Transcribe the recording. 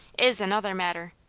is another matter.